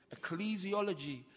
ecclesiology